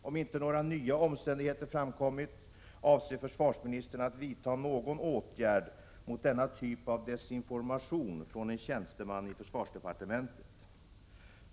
Om inte några nya omständigheter framkommit, avser försvarsministern att vidta någon åtgärd mot denna typ av desinformation från en tjänsteman i försvarsdepartementet?